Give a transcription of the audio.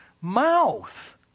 mouth